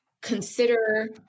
consider